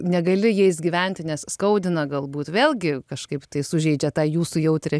negali jais gyventi nes skaudina galbūt vėlgi kažkaip tai sužeidžia tą jūsų jautrią